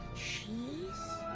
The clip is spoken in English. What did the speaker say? cheese?